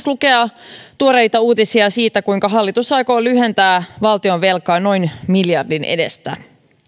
lukea tuoreita uutisia siitä kuinka hallitus aikoo lyhentää valtionvelkaa noin miljardin edestä